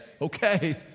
okay